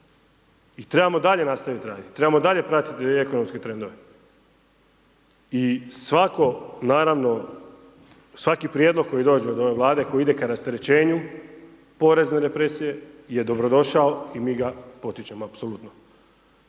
i trebamo dalje nastaviti raditi. Trebamo dalje pratiti ekonomske trendove i svako naravno, svaki prijedlog koji dođe od ove Vlade koji ide k rasterećenju porezne represije je dobro došao i mi ga potičemo apsolutno.